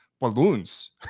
balloons